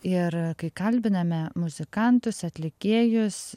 ir kai kalbiname muzikantus atlikėjus